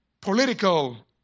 political